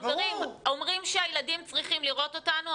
אומרים שהילדים צריכים לראות אותנו,